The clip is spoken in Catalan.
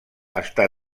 està